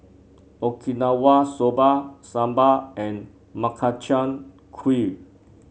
Okinawa Soba Sambar and Makchang Gui